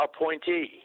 appointee